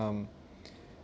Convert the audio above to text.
um